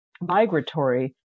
migratory